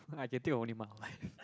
i can think of only